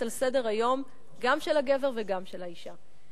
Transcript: על סדר-היום גם של הגבר וגם של האשה.